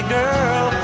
girl